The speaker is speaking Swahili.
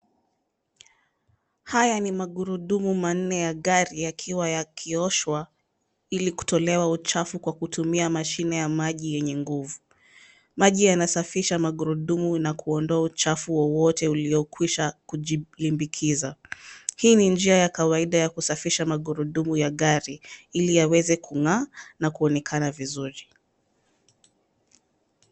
Haya ni magurudumu manne ya gari yakiwa yakioshwa ili kutolewa uchafu kwa kutumia mashini ya maji yenye nguvu. Maji yanasafisha magurudumu na kuondoa uchafu wowote uliokwisha kujilimbikiza. Hii ni njia ya kawaida ya kusafisha magurudumu ya gari ili yaweze kungaa na kuonekana vizuri.